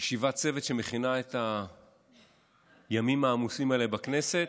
ישיבת צוות שמכינה את הימים העמוסים האלה בכנסת,